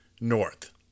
north